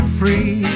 free